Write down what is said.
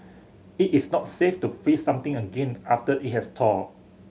it is not safe to freeze something again after it has thawed